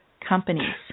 companies